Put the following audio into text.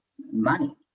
money